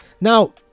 now